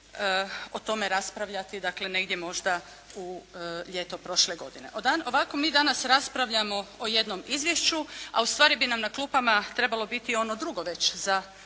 o tome raspravljati dakle negdje možda u ljeto prošle godine. Ovako mi danas raspravljamo o jednom izvješću a ustvari bi nam na klupama trebalo biti ono drugo već za